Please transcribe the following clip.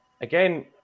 again